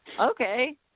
okay